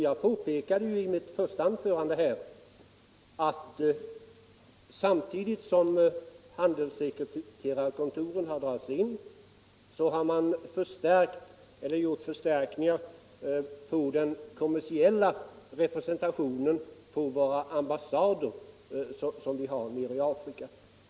Jag påpekade i mitt första anförande att samtidigt som handelssekreterarkontoren dragits in har man gjort förstärkningar av den kommersiella representationen på våra ambassader i Afrika.